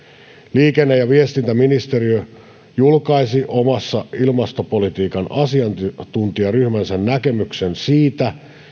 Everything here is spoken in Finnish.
liikenne ja viestintäministeriö julkaisi oman ilmastopolitiikan asiantuntijaryhmänsä näkemyksen siitä